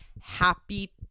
happy